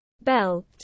belt